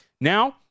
Now